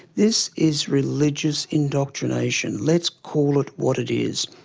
this is religious indoctrination. let's call it what it is.